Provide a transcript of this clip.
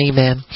Amen